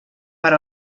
per